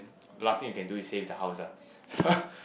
last thing you can do is save the house ah